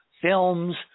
films